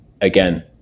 again